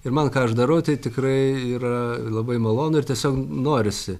ir man ką aš darau tai tikrai yra labai malonu ir tiesiog norisi